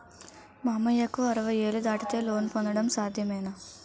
మామయ్యకు అరవై ఏళ్లు దాటితే లోన్ పొందడం సాధ్యమేనా?